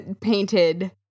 painted